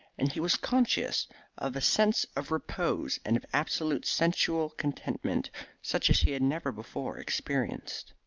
and he was conscious of a sense of repose and of absolute sensual contentment such as he had never before experienced.